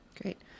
Great